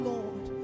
Lord